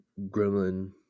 Gremlin